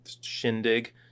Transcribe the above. shindig